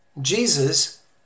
Jesus